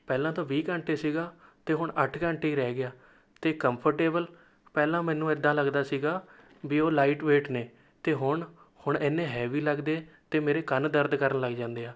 ਪਹਿਲਾਂ ਤਾਂ ਵੀਹ ਘੰਟੇ ਸੀਗਾ ਅਤੇ ਹੁਣ ਅੱਠ ਘੰਟੇ ਹੀ ਰਹਿ ਗਿਆ ਅਤੇ ਕੰਫਰਟੇਬਲ ਪਹਿਲਾਂ ਮੈਨੂੰ ਇੱਦਾਂ ਲੱਗਦਾ ਸੀਗਾ ਵੀ ਉਹ ਲਾਈਟ ਵੇਟ ਨੇ ਅਤੇ ਹੁਣ ਹੁਣ ਇੰਨੇ ਹੈਵੀ ਲੱਗਦੇ ਅਤੇ ਮੇਰੇ ਕੰਨ ਦਰਦ ਕਰਨ ਲੱਗ ਜਾਂਦੇ ਆ